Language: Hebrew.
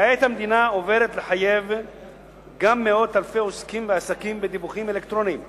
כעת המדינה עוברת לחייב גם מאות אלפי עוסקים ועסקים בדיווחים אלקטרוניים